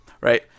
Right